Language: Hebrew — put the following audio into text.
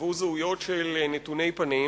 יגנבו זהויות של נתוני פנים,